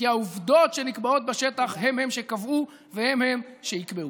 כי העובדות שנקבעות בשטח הן-הן שקבעו והן-הן שיקבעו.